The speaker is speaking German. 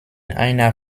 einer